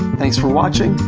thanks for watching,